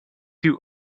two